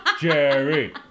Jerry